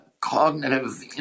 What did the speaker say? cognitive